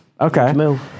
Okay